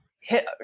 hit